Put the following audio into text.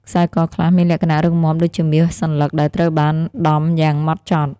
ខ្សែកខ្លះមានលក្ខណៈរឹងមាំដូចជាមាសសន្លឹកដែលត្រូវបានដំយ៉ាងហ្មត់ចត់។